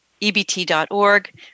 ebt.org